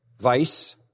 vice